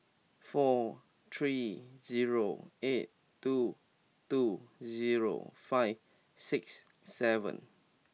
four three zero eight two two zero five six seven